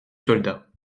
soldats